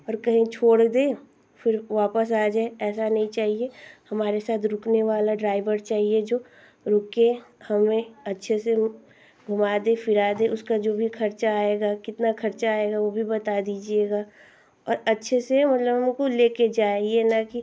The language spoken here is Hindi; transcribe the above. और कहीं छोड़ दे फिर वापस आ जाय ऐसा नहीं चाहिए हमारे साथ रुकने वाला ड्राइवर चाहिए जो रुके हमें अच्छे से घूमा दे फिरा दे उसका जो भी खर्चा आएगा कितना खर्चा आएगा वो भी बता दीजिएगा और अच्छे से मतलब हमको ले कर जाय ये न कि